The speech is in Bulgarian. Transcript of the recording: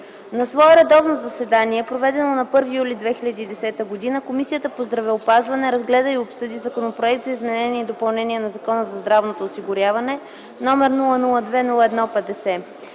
На свое редовно заседание, проведено на 1 юли 2010 г., Комисията по здравеопазването разгледа и обсъди Законопроект за изменение и допълнение на Закона за здравното осигуряване, № 002 01-50,